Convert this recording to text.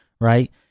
Right